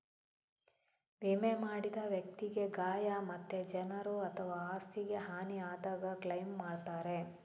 ವಿಮೆ ಮಾಡಿದ ವ್ಯಕ್ತಿಗೆ ಗಾಯ ಮತ್ತೆ ಜನರು ಅಥವಾ ಆಸ್ತಿಗೆ ಹಾನಿ ಆದಾಗ ಕ್ಲೈಮ್ ಮಾಡ್ತಾರೆ